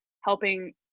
helping